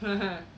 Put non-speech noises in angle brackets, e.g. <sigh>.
<laughs>